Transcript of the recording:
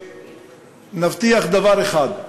ונבטיח דבר אחד: